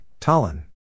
Tallinn